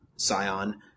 Sion